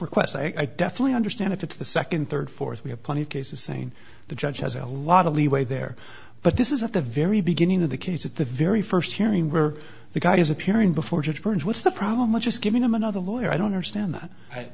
request i definitely understand if it's the second third fourth we have plenty of cases saying the judge has a lot of leeway there but this is at the very beginning of the case at the very first hearing where the guy is appearing before judge burns what's the problem much just giving him another lawyer i don't understand that